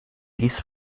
dies